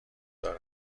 دارد